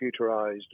computerized